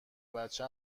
بچه